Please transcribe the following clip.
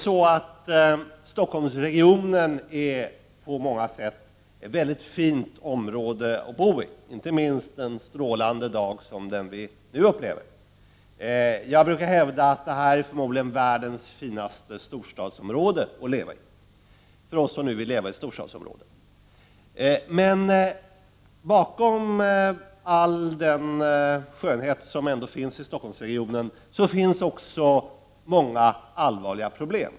Stockholmsregionen är på många sätt ett mycket fint område att bo i, inte minst en strålande vacker dag som den vi nu upplever. Jag brukar hävda att det här är världens finaste storstadsområde att leva i, för oss som vill leva i ett sådant område. Bakom all den skönhet som finns i Stockholmsregionen, har vi dock många allvarliga problem.